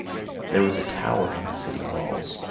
there was a tower on the city walls,